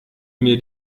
mir